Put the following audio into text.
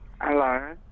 Hello